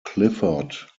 clifford